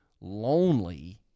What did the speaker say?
lonely